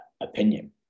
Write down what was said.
opinion